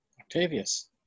Octavius